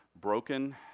broken